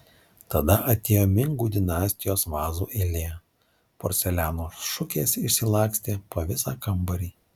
tada atėjo mingų dinastijos vazų eilė porceliano šukės išsilakstė po visą kambarį